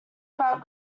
about